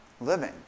living